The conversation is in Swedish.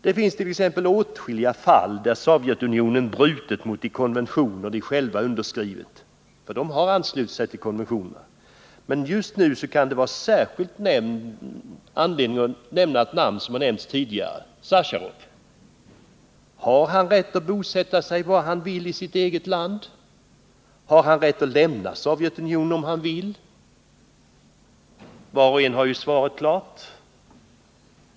Det finns åtskilliga fall där Sovjetunionen brutit mot de konventioner de själva underskrivit, men just nu kan det finnas särskild anledning att nämna ett namn som nämnts här tidigare, nämligen Sacharov. Har han rätt att bosätta sig var han vill i sitt eget land? Har han rätt att lämna Sovjetunionen om han vill? Var och en av oss har svaret klart.